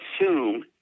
assume